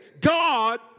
God